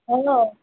hello